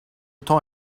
temps